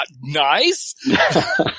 nice